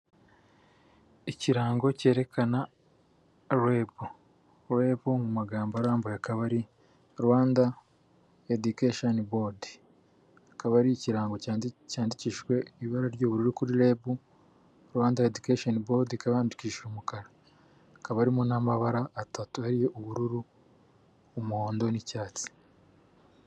Ikirango kerekana rebu, rebu mu magambo arambuye akabari rwanda edikasheni bodi, kikaba ari ikirango cyandikishijwe ibara ry'ubururu kuri rebu, Rwanda edikasheni bodi, ikaba yandikisha umukara, hakaba harimo n'amabara atatu ariyo ubururu umuhondo n'icyatsi.